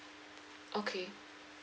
okay